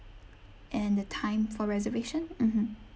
and the time for reservation mmhmm